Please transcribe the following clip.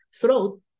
throat